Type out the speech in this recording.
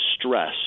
stress